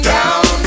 Down